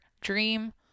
dream